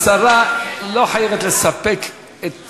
השרה לא חייבת לספק את